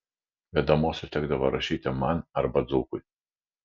vedamuosius tekdavo rašyti man arba dzūkui